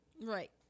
Right